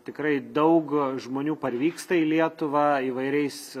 tikrai daug žmonių parvyksta į lietuvą įvairiais